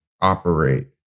operate